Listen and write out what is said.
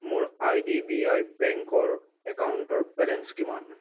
মোৰ I D B I বেংকৰ একাউণ্টৰ বেলেঞ্চ কিমান